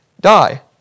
die